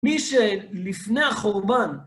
מי שלפני החורבן